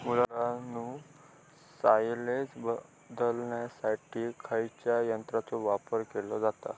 मुलांनो सायलेज बदलण्यासाठी खयच्या यंत्राचो वापर केलो जाता?